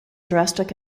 drastic